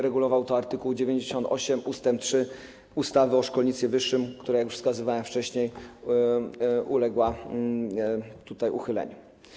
Regulował to art. 98 ust. 3 ustawy o szkolnictwie wyższym, która, jak już wskazywałem wcześniej, uległa tutaj uchyleniu.